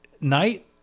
night